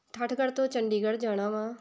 ਠਾਠਗੜ੍ਹ ਤੋਂ ਚੰਡੀਗੜ੍ਹ ਜਾਣਾ ਵਾਂ